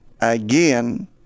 again